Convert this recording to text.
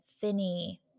Finney